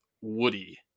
Woody